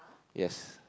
yes